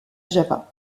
java